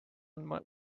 andma